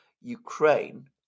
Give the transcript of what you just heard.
Ukraine